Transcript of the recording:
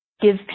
give